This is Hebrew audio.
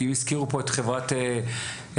כי אם הזכירו פה חברת תחבורה,